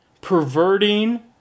perverting